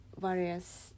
various